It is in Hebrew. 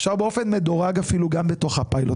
אפשר אפילו באופן מדורג גם בתוך הפיילוט